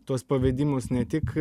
tuos pavedimus ne tik